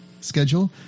schedule